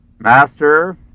Master